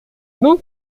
não